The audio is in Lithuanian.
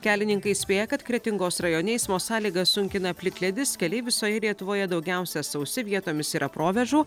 kelininkai įspėja kad kretingos rajone eismo sąlygas sunkina plikledis keliai visoje lietuvoje daugiausia sausi vietomis yra provėžų